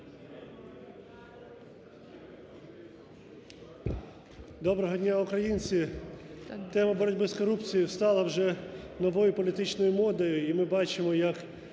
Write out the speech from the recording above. Доброго дня, українці! Тема боротьби з корупцією стала вже новою політичною модою і ми бачимо як,